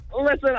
Listen